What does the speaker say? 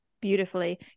beautifully